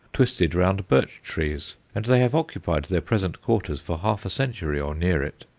twisted round birch-trees, and they have occupied their present quarters for half a century or near it.